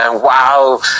wow